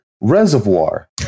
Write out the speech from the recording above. reservoir